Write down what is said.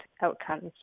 outcomes